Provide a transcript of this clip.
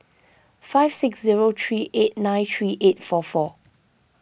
five six zero three eight nine three eight four four